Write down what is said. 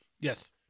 Yes